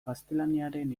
gaztelaniaren